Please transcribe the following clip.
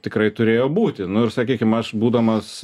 tikrai turėjo būti nu ir sakykim aš būdamas